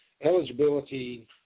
eligibility